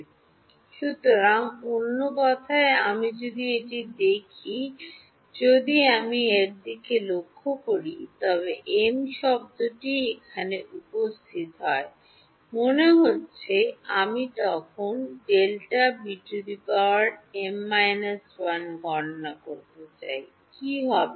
সুতরাং অন্য কথায় আমি যদি এটি দেখি যদি আমি এর দিকে লক্ষ্য করি তবে এম শব্দটি এখানে উপস্থিত হয় মনে হচ্ছে আমি তখন Δβ m 1 গণনা করতে চাই কি হবে